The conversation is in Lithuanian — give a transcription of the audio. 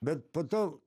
bet po to